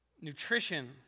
nutrition